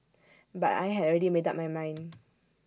but I had already made up my mind